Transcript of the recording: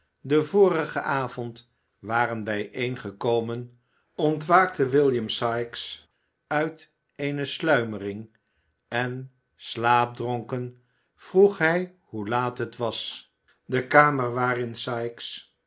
den vorigen avond waren bijeengekomen ontwaakte william sikes uit eene sluimering en slaapdronken vroeg hij hoe laat het was de kamer waarin sikes